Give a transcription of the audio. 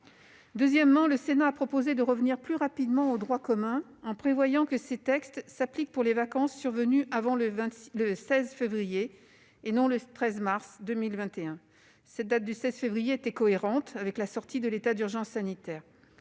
Deuxièmement, le Sénat a proposé de revenir plus rapidement au droit commun en prévoyant que ces textes s'appliquent pour les vacances survenues, non pas avant le 13 mars, mais avant le 16 février 2021. Cette date est en effet cohérente avec la sortie de l'état d'urgence sanitaire.